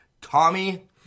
Tommy